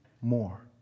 more